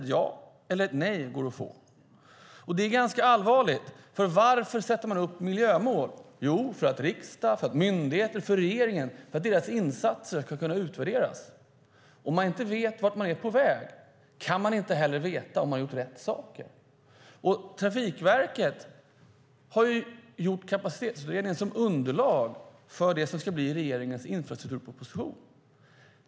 Det går inte ens att få ett ja eller nej. Det är ganska allvarligt. Varför sätter man upp miljömål? Jo, för att riksdagens, myndigheternas och regeringens insatser ska kunna utvärderas. Om man inte vet vart man är på väg kan man inte heller veta om man har gjort rätt saker. Trafikverket har genomfört Kapacitetsutredningen som underlag för det som ska bli regeringens infrastrukturproposition.